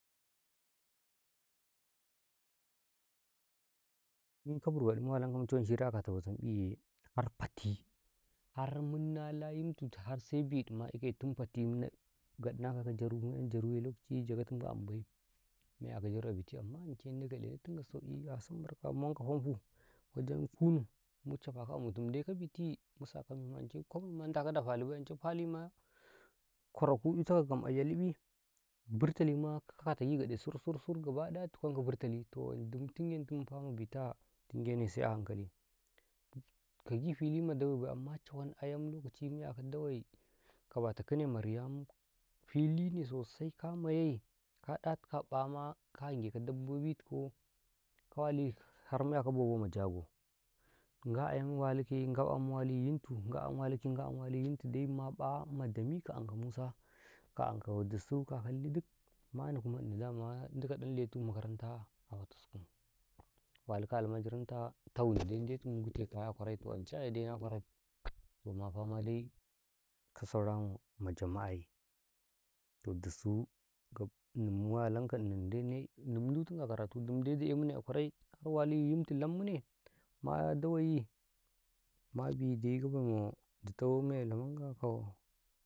﻿har ankaw gishiwari na ndeko agitau nzafenau ini musale tunka burbaɗi mu walankaw mu cawan shira a kataw bazam ƃiye har fati har munna nda yintu harse ƃeɗi ma ikaye tun fati gwannakaw ka jara mu 'yam jaruye lokacin jagatim ka amu bai mu kyake jaru a biti amma ance ndage ilne tin ka sauki sam barka mu wanko famhu wajam kudu mu cafakaw amutin dai ka biti mu sakaw a fali bai ance kwalio ma kwarakiu itakaw gam a ƙyalin buratali ma kata gii gaɗe sursur gaba waɗi dukwanka burtali toh dim tingentim ma bitaƃam tingenai se'a hankali kagi fili ma dawe ba amma cawan ayam lokaci mu kyako dawe ka batau kine ma riyam fili ne gam ka maye ka ɗatikaw aƃama ka neko tikaw ka wali har mu kyakop bobo ma jagaungwa walikaye ngwa ƃam wali yintu, ngwa 'yam walikaye ngwa ƃam wali yintu dai maƃa ma dami ka ankaw musa ka ankaw dusu kakalli dik manu ini kuma dama ndika ɗanletu makaranta a patiskum walikaw a almajiranta tauni se ndetu mu gute a kwaran toh ance ayedai na kwarai tohma fama dai ka saura ma jama'ayi toh dusu ini mu walankaw inidai ndutinki a karatui dimdai da'e mune a kwarai har wali yintu lammune ma daweyi mabi dai gabaii ta dito mailamangayi koo.